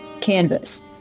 canvas